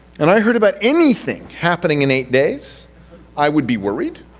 and i heard about anything happening in eight days i would be worried.